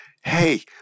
hey